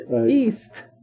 East